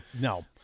no